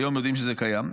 היום יודעים שזה קיים,